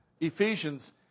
Ephesians